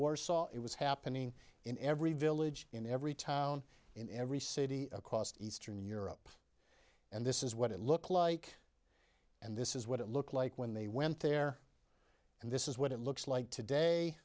warsaw it was happening in every village in every town in every city across eastern europe and this is what it looked like and this is what it looked like when they went there and this is what it looks like today